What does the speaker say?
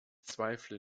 zweifle